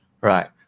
right